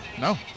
No